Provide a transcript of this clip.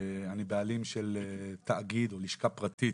אני בעלים של תאגיד, או לשכה פרטית,